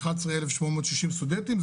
11,860 סטודנטים.